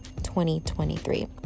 2023